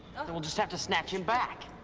then we'll just have to snatch him back.